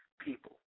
People